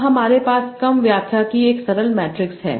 अब हमारे पास कम व्याख्या की एक सरल मैट्रिक्स है